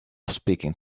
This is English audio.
speaking